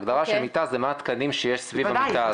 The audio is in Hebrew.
ההגדרה של מיטה זה מה התקנים שיש סביב המיטה הזאת.